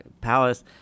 palace